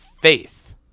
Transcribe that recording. faith